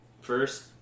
first